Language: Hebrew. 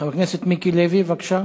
חבר הכנסת מיקי לוי, בבקשה.